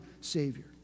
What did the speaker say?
Savior